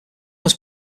was